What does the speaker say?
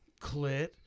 clit